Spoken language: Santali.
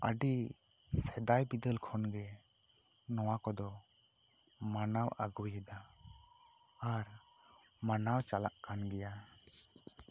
ᱟᱹᱰᱤ ᱥᱮᱫᱟᱭ ᱵᱤᱫᱟᱹᱞ ᱠᱷᱚᱱ ᱜᱮ ᱱᱚᱣᱟ ᱠᱚᱫᱚ ᱢᱟᱱᱟᱣ ᱟᱹᱜᱩᱭᱮᱫᱟ ᱟᱨ ᱢᱟᱱᱟᱣ ᱪᱟᱞᱟᱜ ᱠᱟᱱ ᱜᱮᱭᱟ